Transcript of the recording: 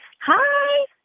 Hi